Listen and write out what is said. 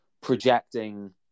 projecting